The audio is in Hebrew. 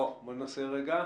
בבקשה,